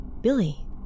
Billy